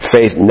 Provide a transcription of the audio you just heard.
Faith